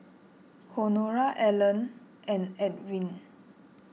Honora Alannah and Edw